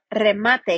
Remate